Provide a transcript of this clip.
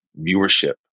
viewership